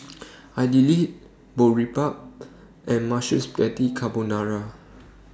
Idili Boribap and Mushroom Spaghetti Carbonara